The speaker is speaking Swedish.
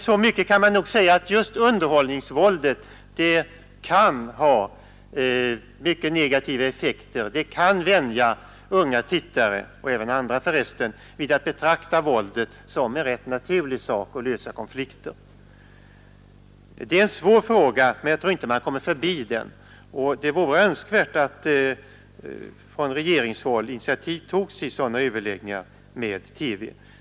Så mycket kan man nog säga att just underhållningsvåldet kan ha mycket negativa effekter. Det kan vänja unga tittare, och även andra för resten, vid att betrakta våldet som ett rätt naturligt sätt att lösa konflikter. Det är en svår fråga, men jag tror inte man kommer förbi den. Det vore Önskvärt att det från regeringshåll togs initiativ till sådana överläggningar med TV.